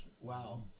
Wow